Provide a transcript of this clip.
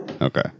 Okay